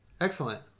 excellent